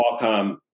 Qualcomm